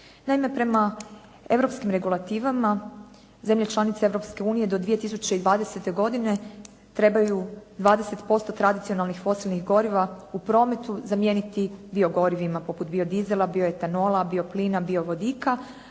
Naime, prema europskim regulativama, zemlje članice Europske unije do 2020. godine trebaju 20% tradicionalnih fosilnih goriva u prometu zamijeniti biogorivima poput biodizela, bioetanola, bioplina, biovodika,